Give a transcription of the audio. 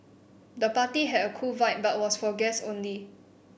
the party had a cool vibe but was for guests only